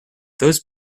those